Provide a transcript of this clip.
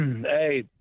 Hey